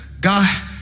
God